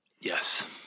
Yes